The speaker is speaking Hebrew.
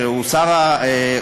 שהם שר האוצר,